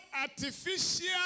artificial